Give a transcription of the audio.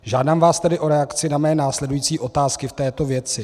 Žádám vás tedy o reakci na své následující otázky v této věci.